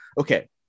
Okay